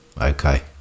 Okay